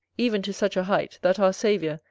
even to such a height, that our saviour,